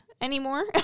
anymore